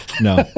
No